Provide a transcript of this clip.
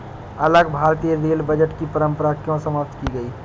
अलग भारतीय rail budget की परंपरा क्यों समाप्त की गई?